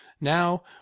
now